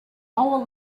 mow